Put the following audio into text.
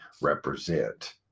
represent